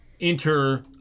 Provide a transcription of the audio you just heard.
enter